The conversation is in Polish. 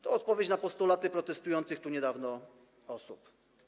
To odpowiedź na postulaty protestujących tu niedawno osób.